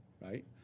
right